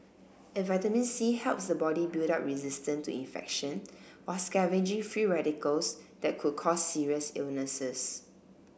and vitamin C helps the body build up resistance to infection while scavenging free radicals that could cause serious illnesses